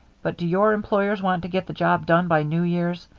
but do your employers want to get the job done by new year's?